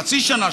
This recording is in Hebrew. חצי שנה,